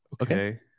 Okay